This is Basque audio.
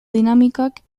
dinamikak